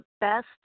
best